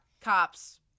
cops